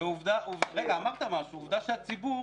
עובדה שהציבור